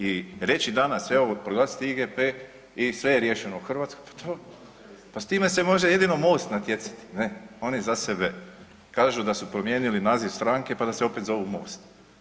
I reći danas evo proglasiti IGP i sve je riješeno u Hrvatskoj, pa to, pa s time se može jedino MOST natjecati ne, oni za sebe kažu da su promijenili naziv stranke pa da se opet zovu MOST.